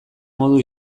modu